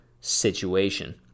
situation